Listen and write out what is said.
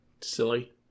Silly